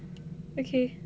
okay